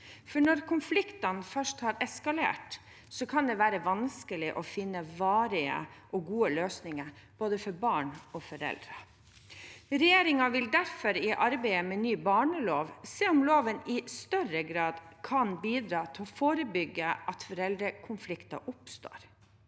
for når konfliktene først har eskalert, kan det være vanskelig å finne varige og gode løsninger, både for barn og for foreldre. Regjeringen vil derfor i arbeidet med ny barnelov se om loven i større grad kan bidra til å forebygge at foreldrekonflikter oppstår.